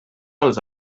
els